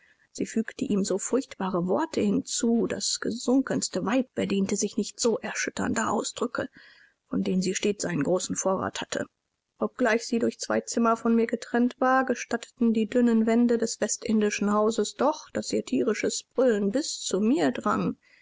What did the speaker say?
sie fügte ihm so furchtbare worte hinzu das gesunkenste weib bediente sich nicht so erschütternder ausdrücke von denen sie stets einen großen vorrat hatte obgleich sie durch zwei zimmer von mir getrennt war gestatteten die dünnen wände des westindischen hauses doch daß ihr tierisches brüllen bis zu mir drang